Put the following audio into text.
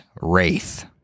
wraith